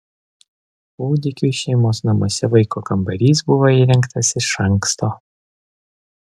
kūdikiui šeimos namuose vaiko kambarys buvo įrengtas iš anksto